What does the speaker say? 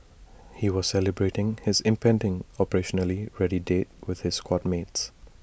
he was celebrating his impending operationally ready date with his squad mates